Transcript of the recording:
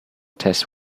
test